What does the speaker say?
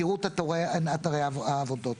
נראות אתרי העבודות.